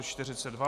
42.